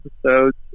episodes